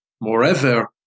Moreover